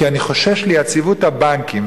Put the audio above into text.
כי אני חושש ליציבות הבנקים.